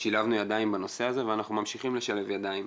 שילבנו ידיים בנושא הזה ואנחנו ממשיכים לשלב ידיים.